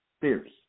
fierce